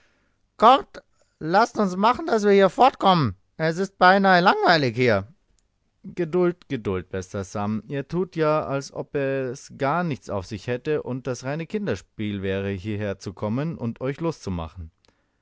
kommt laßt uns machen daß wir von hier fortkommen es ist beinahe langweilig hier geduld geduld bester sam ihr tut ja als ob es gar nichts auf sich hätte und das reine kinderspiel wäre hierher zu kommen und euch loszumachen